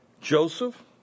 Joseph